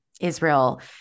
Israel